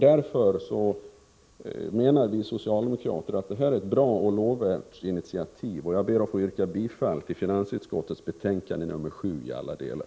Därför menar vi socialdemokrater att detta är ett bra och lovvärt initiativ, och jag ber att få yrka bifall till hemställan i finansutskottets betänkande 7 i alla delar.